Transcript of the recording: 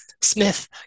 Smith